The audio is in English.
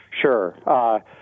Sure